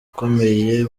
bukomeye